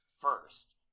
first